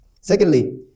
Secondly